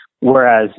Whereas